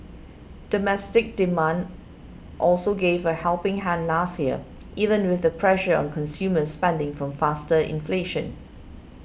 domestic demand also gave a helping hand last year even with the pressure on consumer spending from faster inflation